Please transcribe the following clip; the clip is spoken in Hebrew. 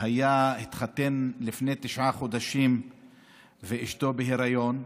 שהתחתן לפני תשעה חודשים ואשתו בהיריון.